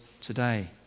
today